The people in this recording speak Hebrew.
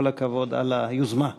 כל הכבוד על היוזמה.